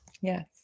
Yes